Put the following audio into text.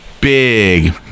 big